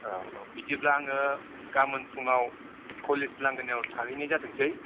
औ औ बिदिब्ला आङो गाबोन फुङाव कलेज लांगोनायाव थाहैनाय जाथोंसै